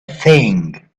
thing